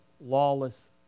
lawless